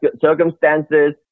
circumstances